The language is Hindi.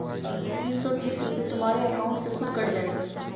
तीन सौ तीस रूपए तुम्हारे अकाउंट से खुद कट जाएंगे